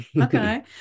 Okay